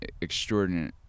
extraordinary